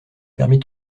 permis